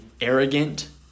arrogant